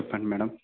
చెప్పండి మేడమ్